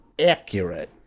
accurate